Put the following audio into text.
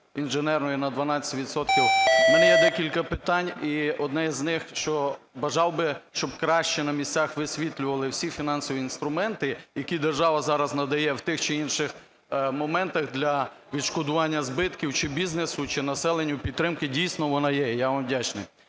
інженерної на 12 відсотків. В мене є декілька питань, і одне з них, що бажав би, щоб краще на місцях висвітлювали всі фінансові інструменти, які держава зараз надає в тих чи інших моментах для відшкодування збитків чи бізнесу, чи населенню. Підтримка, дійсно вона є, я вам вдячний.